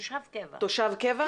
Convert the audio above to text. תושב קבע.